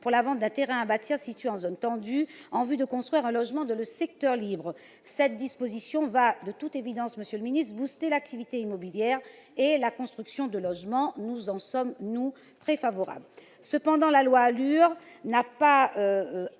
pour la vente d'un terrain à bâtir situé en zone tendue, en vue de construire un logement dans le secteur libre. Cette disposition va, de toute évidence, monsieur le ministre, l'activité immobilière et la construction de logements sociaux ; nous y sommes, pour notre part, très favorables. Cependant, la loi ALUR, la loi